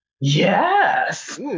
Yes